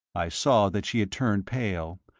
i saw that she had turned pale,